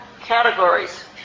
categories